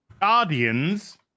Guardians